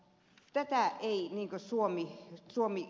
ja tää ei kai suomi suomi